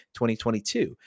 2022